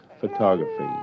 photography